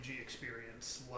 experience